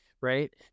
right